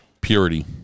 Purity